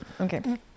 Okay